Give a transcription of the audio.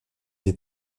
des